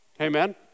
Amen